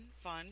fun